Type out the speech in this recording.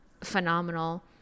phenomenal